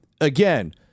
again